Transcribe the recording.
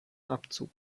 abzug